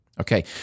Okay